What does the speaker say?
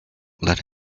let